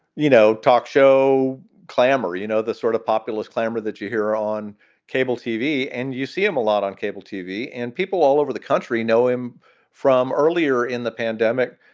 you know, talk show, klammer. you know, the sort of populist clamor that you hear on cable tv and you see him a lot on cable tv and people all over the country know him from earlier in the pandemic,